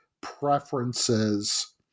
preferences